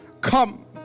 come